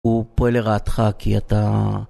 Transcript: הוא פועל לרעתך, כי אתה